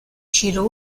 she